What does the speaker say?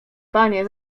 panie